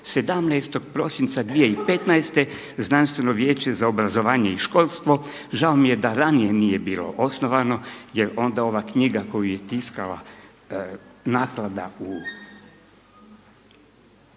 17. prosinca 2015. Znanstveno vijeće za obrazovanje i školstvo. Žao mi je da ranije bilo osnovano jer onda ova knjiga koju je tiskala naklada u